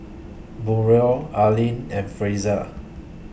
Braulio Arlyn and Frazier